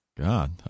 God